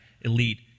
elite